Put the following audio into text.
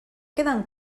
queden